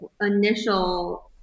initial